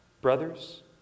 Brothers